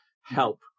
help